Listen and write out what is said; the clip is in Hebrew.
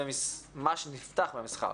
ומה שנפתח מהמסחר